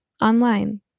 online